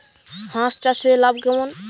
হাঁস চাষে লাভ কেমন?